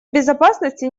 безопасности